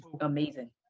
amazing